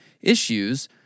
issues